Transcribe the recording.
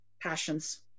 passions